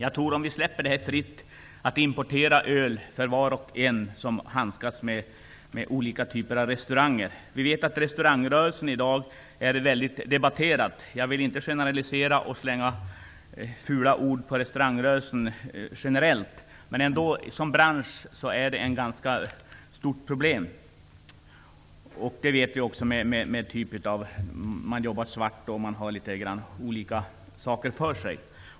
Här handlar det om att släppa importen av öl fri för var och en som handskas med olika typer av restaurangverksamhet. Restaurangrörelsen är mycket omdebatterad. Jag vill inte generalisera och slänga fula ord efter restaurangrörelsen. Men branschen är ett ganska stort problem. Vi vet att det förekommer att man jobbar svart och att man har olika saker för sig.